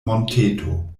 monteto